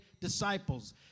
disciples